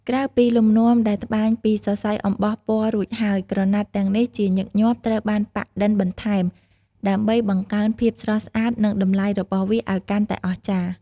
ក្រៅពីលំនាំដែលត្បាញពីសរសៃអំបោះពណ៌រួចហើយ ក្រណាត់ទាំងនេះជាញឹកញាប់ត្រូវបាន ប៉ាក់-ឌិនបន្ថែម ដើម្បីបង្កើនភាពស្រស់ស្អាត និងតម្លៃរបស់វាឱ្យកាន់តែអស្ចារ្យ។